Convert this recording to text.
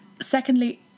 Secondly